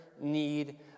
need